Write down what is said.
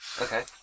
Okay